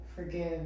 Forgive